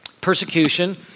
Persecution